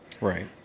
Right